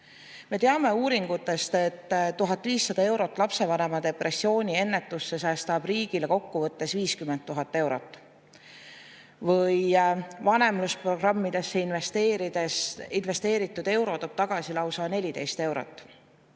Me teame uuringutest, et 1500 eurot lapsevanema depressiooni ennetusse säästab riigile kokkuvõttes 50 000 eurot. Vanemlusprogrammidesse investeerides toob iga investeeritud